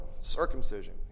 Circumcision